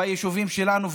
ביישובים שלנו,